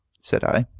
said i,